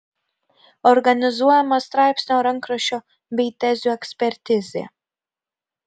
organizuojama straipsnio rankraščio bei tezių ekspertizė